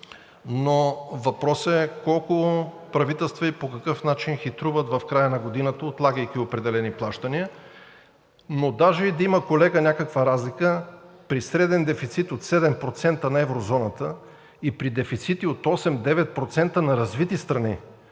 но въпросът е колко правителства и по какъв начин хитруват в края на годината, отлагайки определени плащания. Колега, даже да има някаква разлика при среден дефицит от 7% на еврозоната и при дефицити от осем-девет процента на развити страни,